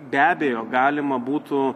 be abejo galima būtų